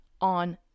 on